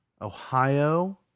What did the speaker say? Ohio